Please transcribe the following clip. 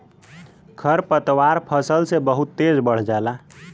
खरपतवार फसल से बहुत तेज बढ़ जाला